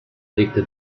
legte